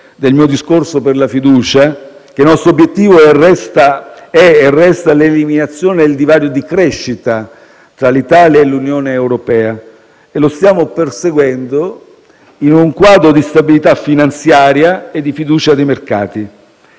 del mio discorso per la fiducia, che il nostro obiettivo è e resta l'eliminazione del divario di crescita tra l'Italia e l'Unione europea, e lo stiamo perseguendo in un quadro di stabilità finanziaria e di fiducia dei mercati.